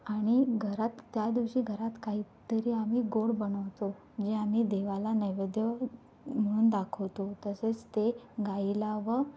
आणि घरात त्या दिवशी घरात काहीतरी आम्ही गोड बनवतो जे आम्ही देवाला नैवैद्य म्हणून दाखवतो तसेच ते गाईला व